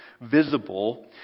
visible